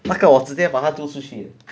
那个我直接把他丢出去 eh